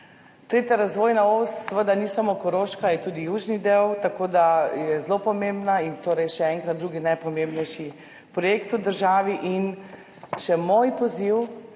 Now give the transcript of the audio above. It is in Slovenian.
Tretja razvojna os seveda ni samo Koroška, je tudi južni del, tako da je zelo pomembna. Še enkrat, je drugi najpomembnejši projekt v državi. In še moj poziv.